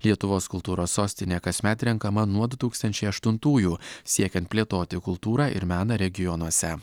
lietuvos kultūros sostinė kasmet renkama nuo du tūkstančiai aštuntųjų siekiant plėtoti kultūrą ir meną regionuose